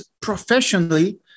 professionally